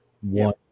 one